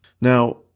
Now